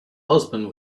husband